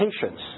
Patience